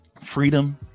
freedom